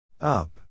Up